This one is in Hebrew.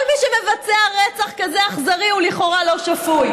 כל מי שמבצע רצח כזה אכזרי הוא לכאורה לא שפוי,